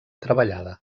treballada